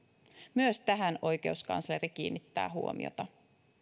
myös tähän oikeuskansleri kiinnittää huomiota